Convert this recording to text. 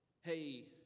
hey